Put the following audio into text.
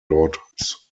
daughters